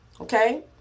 Okay